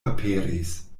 aperis